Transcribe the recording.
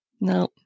No